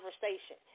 conversation